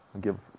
give